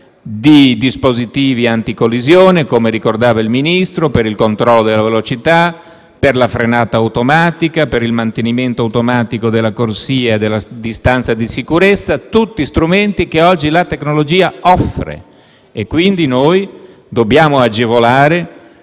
di dispositivi anticollisione, come ricordava il Ministro, per il controllo della velocità, per la frenata automatica, per il mantenimento automatico della corsia e della distanza di sicurezza; sono tutti strumenti che la tecnologia oggi offre. Noi quindi dobbiamo agevolare,